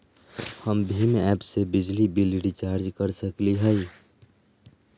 हम भीम ऐप से बिजली बिल रिचार्ज कर सकली हई?